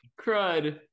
crud